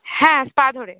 হ্যাঁ স্পা ধরে